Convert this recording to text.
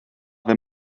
wenn